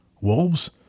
Wolves